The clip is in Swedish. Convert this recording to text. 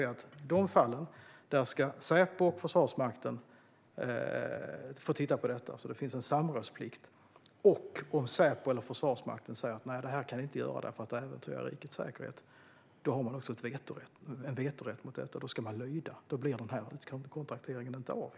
I sådana fall ska Säpo och Försvarsmakten få titta på det hela. Det finns alltså en samrådsplikt. Om Säpo eller Försvarsmakten säger att den berörda myndigheten inte kan göra på det sätt som föreslås, eftersom det äventyrar rikets säkerhet, har de också en vetorätt som ska åtlydas. Då blir utkontrakteringen inte av.